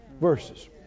verses